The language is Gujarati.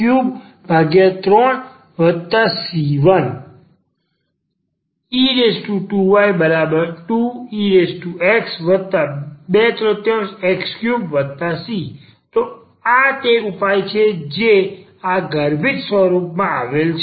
e2y2exx33c1 e2y2ex23x3c તો આ તે ઉપાય છે જે આ ગર્ભિત સ્વરૂપમાં આપવામાં આવે છે